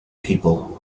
people